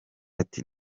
ati